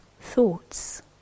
thoughts